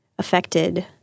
affected